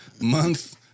month